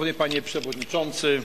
להלן תרגומם הסימולטני לעברית:)